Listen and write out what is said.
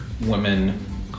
women